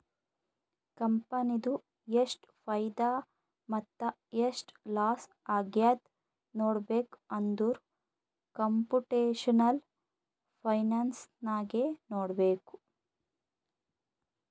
ಕಂಪನಿದು ಎಷ್ಟ್ ಫೈದಾ ಮತ್ತ ಎಷ್ಟ್ ಲಾಸ್ ಆಗ್ಯಾದ್ ನೋಡ್ಬೇಕ್ ಅಂದುರ್ ಕಂಪುಟೇಷನಲ್ ಫೈನಾನ್ಸ್ ನಾಗೆ ನೋಡ್ಬೇಕ್